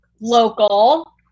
local